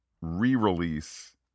re-release